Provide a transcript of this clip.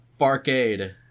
Barkade